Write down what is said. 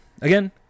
again